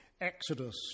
exodus